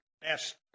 best